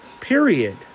Period